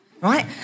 right